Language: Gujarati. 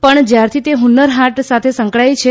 પણ જયારથી તે હુન્નર હાટ સાથે સંકળાઇ છે